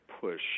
push